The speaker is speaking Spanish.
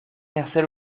nacer